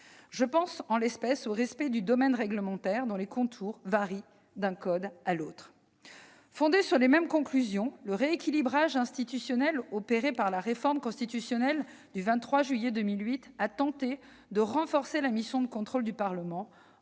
Je pense en l'espèce au respect du domaine réglementaire, dont les contours varient d'un code à l'autre ! Fondé sur les mêmes conclusions, le rééquilibrage institutionnel opéré par la réforme constitutionnelle du 23 juillet 2008 visait à renforcer la mission de contrôle du Parlement,